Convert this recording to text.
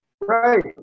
Right